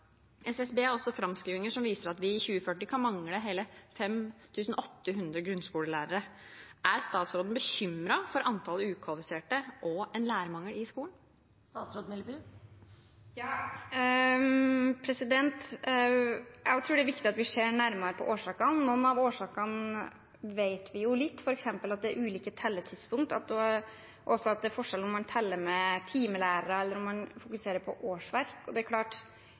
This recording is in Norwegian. SSB har også framskrivinger som viser at vi i 2040 kan mangle hele 5 800 grunnskolelærere. Er statsråden bekymret for antallet ukvalifiserte og en lærermangel i skolen? Jeg tror det er viktig at vi ser nærmere på årsakene. Noen av årsakene vet vi jo litt om, f.eks. at det er forskjellige telletidspunkt, og at det er forskjell på om man teller med timelærere eller fokuserer på årsverk. Jeg mener for så vidt at alt bør telles, og at det er